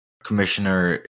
Commissioner